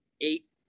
eight